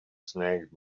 snagged